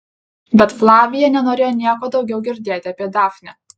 bet flavija nenorėjo nieko daugiau girdėti apie dafnę